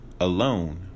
alone